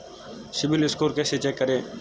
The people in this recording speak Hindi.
सिबिल स्कोर कैसे चेक करें?